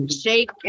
shake